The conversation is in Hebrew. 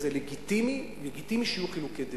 בסדר, זה לגיטימי, לגיטימי שיהיו חילוקי דעות.